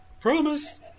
Promise